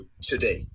today